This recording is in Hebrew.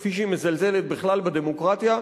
כפי שהיא מזלזלת בכלל בדמוקרטיה,